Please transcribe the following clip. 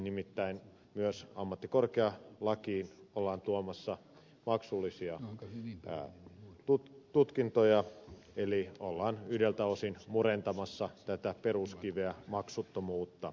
nimittäin myös ammattikorkealakiin ollaan tuomassa maksullisia tutkintoja eli ollaan yhdeltä osin murentamassa tätä peruskiveä maksuttomuutta